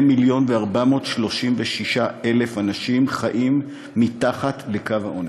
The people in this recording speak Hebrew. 2 מיליון אנשים ו-436,000 חיים מתחת לקו העוני.